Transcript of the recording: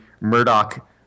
Murdoch